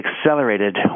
accelerated